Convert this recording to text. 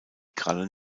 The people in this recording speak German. krallen